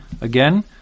Again